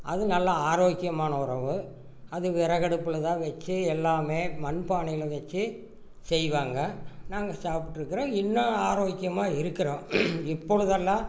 அது நல்ல ஆரோக்கியமான உணவு அது விறகடுப்பில் தான் வச்சு எல்லாமே மண்பானையில் வச்சு செய்வாங்க நாங்கள் சாப்பிட்ருக்குறோம் இன்னும் ஆரோக்கியமாக இருக்கிறோம் இப்பொழுதெல்லாம்